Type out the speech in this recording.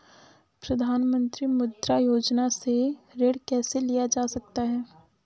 प्रधानमंत्री मुद्रा योजना से ऋण कैसे लिया जा सकता है?